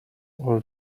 all